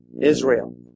Israel